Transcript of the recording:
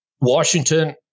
Washington